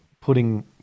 putting